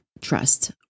trust